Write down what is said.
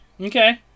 Okay